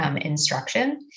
instruction